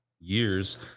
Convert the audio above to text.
years